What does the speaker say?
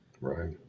Right